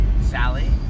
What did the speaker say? Sally